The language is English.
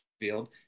field